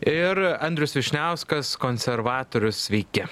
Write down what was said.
ir andrius vyšniauskas konservatorius sveiki